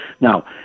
Now